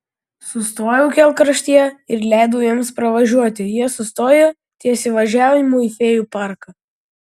sustojau kelkraštyje ir leidau jiems pravažiuoti jie sustojo ties įvažiavimu į fėjų parką